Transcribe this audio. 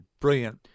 brilliant